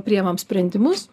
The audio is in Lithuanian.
priimam sprendimus